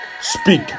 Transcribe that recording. Speak